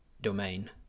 domain